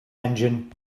engine